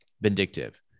vindictive